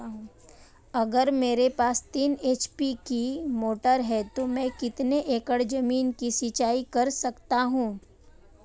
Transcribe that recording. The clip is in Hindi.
अगर मेरे पास तीन एच.पी की मोटर है तो मैं कितने एकड़ ज़मीन की सिंचाई कर सकता हूँ?